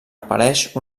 apareix